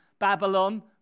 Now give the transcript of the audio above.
Babylon